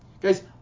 guys